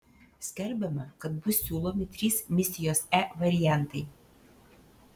skelbiama kad bus siūlomi trys misijos e variantai